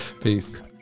Peace